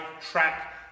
track